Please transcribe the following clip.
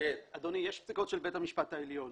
יש פסיקות של בית המשפט העליון